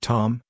Tom